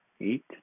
eight